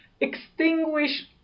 extinguish